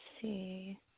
see